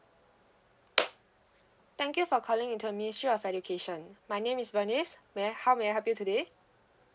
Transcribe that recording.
thank you for calling into a ministry of education my name is B E R N I C E may I how may I help you today